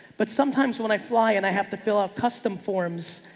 but sometimes when i fly and i have to fill out custom forms,